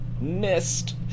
Missed